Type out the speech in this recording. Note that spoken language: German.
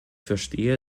verstehe